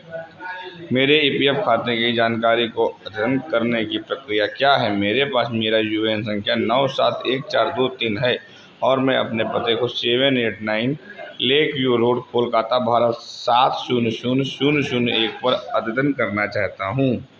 मेरे E P F खाते की जानकारी को अद्यतन करने की प्रक्रिया क्या है मेरे पास मेरा यू ए एन संख्या नौ सात एक चार दो तीन है और मैं अपने पते को seven eight nine lake view road Kolkata Bharat सात शून्य शून्य शून्य शून्य एक पर अद्यतन करना चाहता हूँ